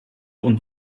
und